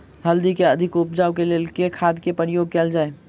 हल्दी केँ अधिक उपज केँ लेल केँ खाद केँ प्रयोग कैल जाय?